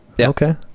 Okay